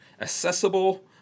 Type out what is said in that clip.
accessible